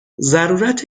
ضرورت